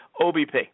OBP